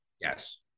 Yes